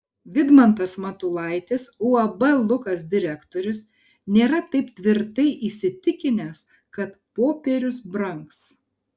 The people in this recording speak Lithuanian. vidmantas matulaitis uab lukas direktorius nėra taip tvirtai įsitikinęs kad popierius brangs